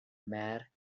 mare